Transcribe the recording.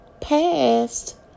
past